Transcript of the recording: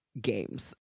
games